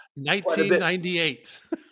1998